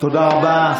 תודה רבה.